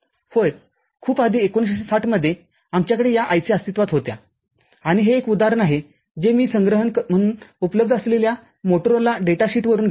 होय खूप आधी १९६० मध्ये आमच्याकडे या ICअस्तित्त्वात होत्या आणि हे एक उदाहरण आहे जे मी संग्रहण म्हणून उपलब्ध असलेल्या मोटोरोला डेटा शीटवरुनघेतले आहे